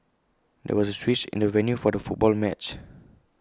there was A switch in the venue for the football match